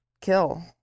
kill